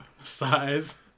size